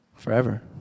forever